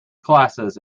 classes